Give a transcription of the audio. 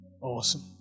Awesome